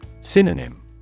Synonym